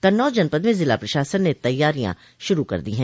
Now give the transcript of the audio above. कन्नौज जनपद में जिला प्रशासन तैयारियां शुरू कर दी है